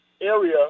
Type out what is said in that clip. area